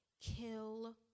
Kill